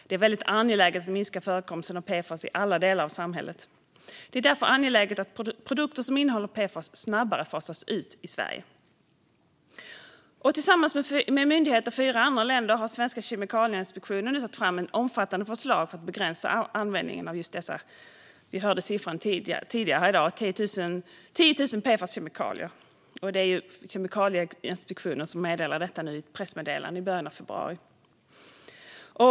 Det är väldigt angeläget att minska förekomsten av PFAS i alla delar av samhället och att produkter som innehåller PFAS snabbare fasas ut i Sverige. Tillsammans med myndigheter i fyra andra länder har svenska Kemikalieinspektionen tagit fram ett omfattande förslag om att begränsa användningen av över 10 000 PFAS-kemikalier, meddelade Kemikalieinspektionen i ett pressmeddelande i början av februari.